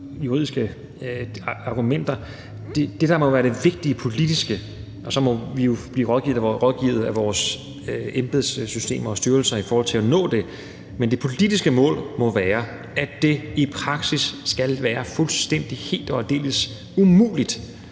juridiske argumenter for det. Det, der må være det vigtige rent politisk, altså det politiske mål – og så må vi jo blive rådgivet af vores embedssystem og styrelser i forhold til at nå det – må være, at det i praksis skal være fuldstændig helt og aldeles umuligt